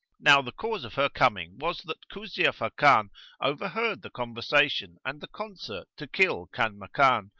now the cause of her coming was that kuzia fakan overheard the conversation and the concert to kill kanmakan,